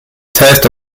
taste